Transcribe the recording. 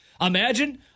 Imagine –